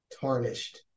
tarnished